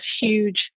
huge